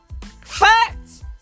Facts